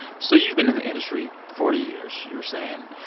so you've been in the industry forty years, you were saying.